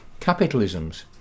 capitalisms